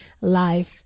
life